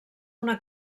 una